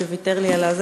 שוויתר לי כאן,